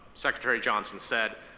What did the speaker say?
secretary johnson said,